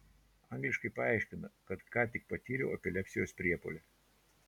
angliškai paaiškina kad ką tik patyriau epilepsijos priepuolį